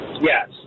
Yes